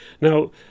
Now